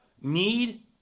need